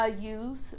use